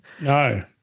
No